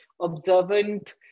observant